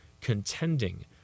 Contending